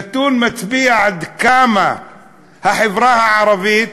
הנתון מראה עד כמה החברה הערבית